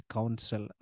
Council